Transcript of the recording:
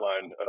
line